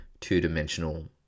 two-dimensional